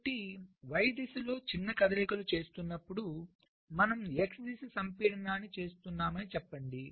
కాబట్టి y దిశలో చిన్న కదలికలు చేస్తున్నప్పుడు మనము x దిశ సంపీడనాన్ని చేస్తున్నామని చెప్పండి